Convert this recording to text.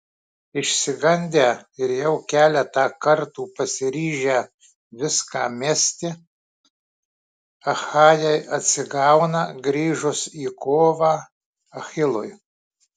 išsigandę ir jau keletą kartų pasiryžę viską mesti achajai atsigauna grįžus į kovą achilui